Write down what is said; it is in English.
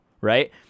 right